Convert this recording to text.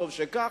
וטוב שכך,